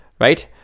right